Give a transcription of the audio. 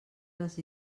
les